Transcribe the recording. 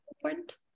important